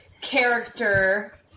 character